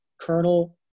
Colonel